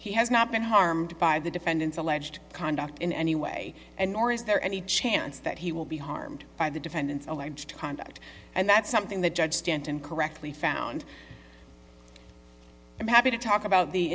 he has not been harmed by the defendant's alleged conduct in any way and nor is there any chance that he will be harmed by the defendant's alleged conduct and that's something that judge stanton correctly found i'm happy to talk about the